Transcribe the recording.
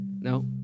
No